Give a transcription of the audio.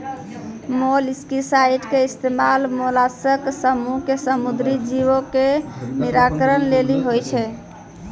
molluscicide के इस्तेमाल mollusc समूहो के समुद्री जीवो के निराकरण लेली होय छै